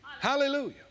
Hallelujah